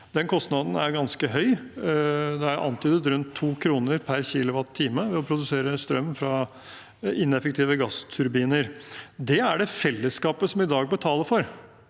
Den kostnaden er ganske høy. Det er antydet rundt 2 kr per kWh ved å produsere strøm fra ineffektive gassturbiner. Det er det fellesskapet som i dag betaler for.